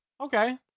okay